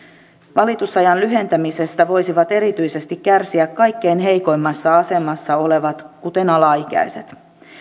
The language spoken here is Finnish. valitusajan lyhentämisestä voisivat erityisesti kärsiä kaikkein heikoimmassa asemassa olevat kuten alaikäiset